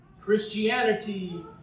Christianity